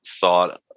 thought